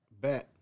Bet